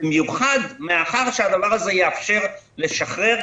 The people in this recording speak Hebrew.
במיוחד מאחר שהדבר הזה יאפשר לשחרר,